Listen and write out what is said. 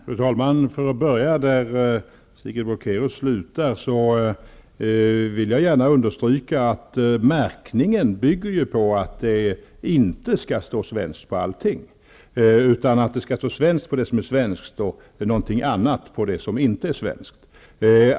Fru talman! För att börja där Sigrid Bolkéus slutar, vill jag gärna understryka att märkningen bygger på att det inte skall stå på allting att det är svenskt. Det skall stå svenskt på det som är svenskt och någonting annat på det som inte är svenskt.